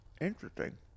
interesting